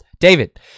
David